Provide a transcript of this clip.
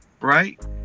right